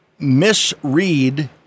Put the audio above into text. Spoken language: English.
misread